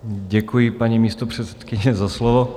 Děkuji, paní místopředsedkyně, za slovo.